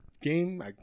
game